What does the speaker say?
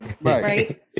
Right